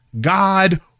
God